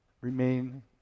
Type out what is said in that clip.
remain